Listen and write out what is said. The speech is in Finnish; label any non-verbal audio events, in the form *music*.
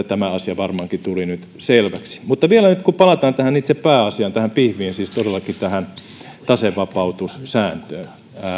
*unintelligible* tämä asia varmaankin tuli nyt selväksi mutta kun nyt vielä palataan itse pääasiaan tähän pihviin siis todellakin tähän tasevapautussääntöön